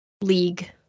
League